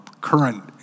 current